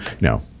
No